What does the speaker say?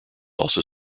also